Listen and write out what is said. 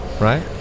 right